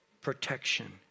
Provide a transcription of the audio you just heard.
protection